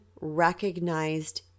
recognized